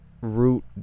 root